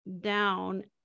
down